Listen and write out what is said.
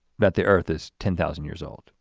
that the earth is ten thousand years old,